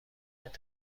است